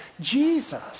Jesus